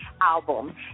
album